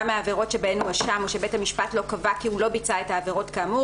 מהעבירות שבהן הואשם או שבית המשפט לא קבע כי הוא לא ביצע את העבירות כאמור